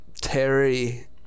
Terry